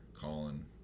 Colin